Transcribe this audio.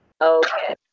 Okay